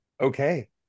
okay